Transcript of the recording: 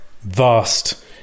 vast